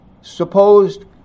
supposed